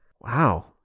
Wow